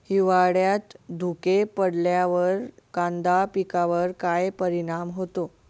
हिवाळ्यात धुके पडल्यावर कांदा पिकावर काय परिणाम होतो?